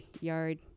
yard